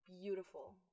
beautiful